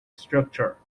structure